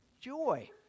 Joy